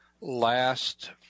last